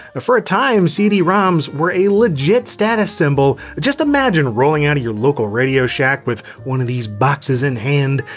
for a time, cd-roms were a legit status symbol, just imagine rollin' outta your local radio shack with one of these boxes in-hand,